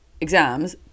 exams